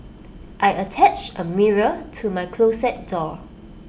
I attached A mirror to my closet door